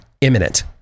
imminent